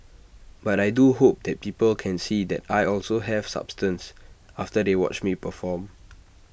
but I do hope that people can see that I also have substance after they watch me perform